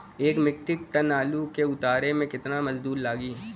एक metric ton आलू के उतारे मे कितना मजदूर लागि?